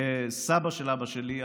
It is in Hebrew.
סבא של אבא שלי,